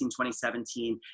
2017